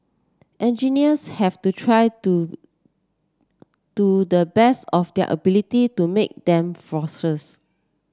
engineers have to try to to the best of their ability to make them falls less